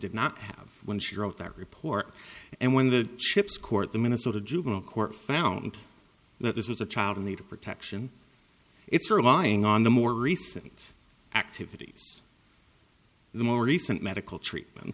did not have when she wrote that report and when the chips court the minnesota juvenile court found that this was a child in need of protection it's reminding on the more recent activity the more recent medical treatment